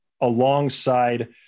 alongside